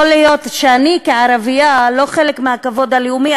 יכול להיות שאני כערבייה לא חלק מהכבוד הלאומי,